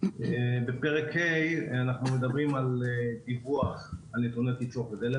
בפרק ה' אנחנו מדברים על פיקוח על נתוני תצרוכת דלק